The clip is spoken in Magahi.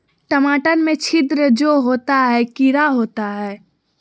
टमाटर में छिद्र जो होता है किडा होता है?